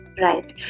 Right